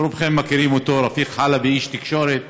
שרובכם מכירים אותו, רפיק חלבי, איש תקשורת,